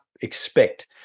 expect